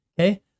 Okay